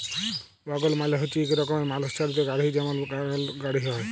ওয়াগল মালে হচ্যে ইক রকমের মালুষ চালিত গাড়হি যেমল গরহুর গাড়হি হয়